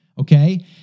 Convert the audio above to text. okay